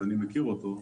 שאני מכיר אותו,